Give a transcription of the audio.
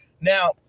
Now